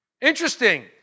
Interesting